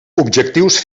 objectius